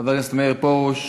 חבר הכנסת מאיר פרוש,